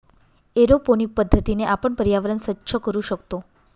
aeroponic पद्धतीने आपण पर्यावरण स्वच्छ करू शकतो